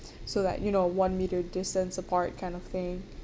so like you know one metre distance apart kind of thing